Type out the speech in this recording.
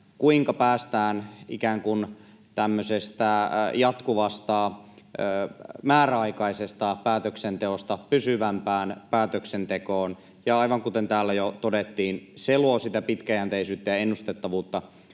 kuinka päästään ikään kuin tämmöisestä jatkuvasta määräaikaisesta päätöksenteosta pysyvämpään päätöksentekoon. Aivan kuten täällä jo todettiin, se luo sitä pitkäjänteisyyttä ja ennustettavuutta